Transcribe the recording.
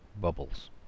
bubbles